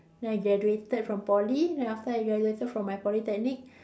then I graduated from Poly then after I graduated from my Polytechnic